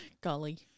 Golly